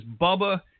Bubba